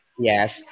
Yes